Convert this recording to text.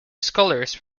scholars